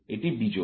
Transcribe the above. এটি বিজোড়